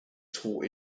taught